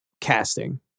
casting